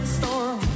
storm